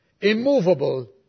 immovable